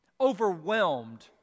overwhelmed